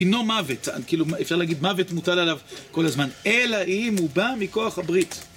הינו מוות, כאילו אפשר להגיד מוות מוטל עליו כל הזמן, אלא אם הוא בא מכוח הברית.